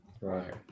Right